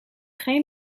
geen